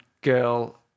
girl